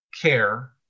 care